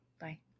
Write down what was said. Bye